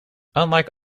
unlike